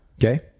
Okay